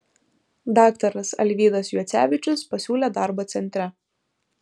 daktaras alvydas juocevičius pasiūlė darbą centre